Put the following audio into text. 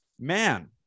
man